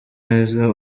neza